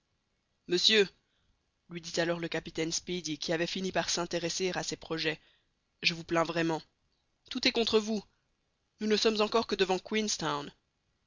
monsieur lui dit alors le capitaine speedy qui avait fini par s'intéresser à ses projets je vous plains vraiment tout est contre vous nous ne sommes encore que devant queenstown